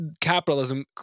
capitalism